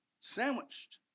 Sandwiched